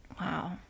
Wow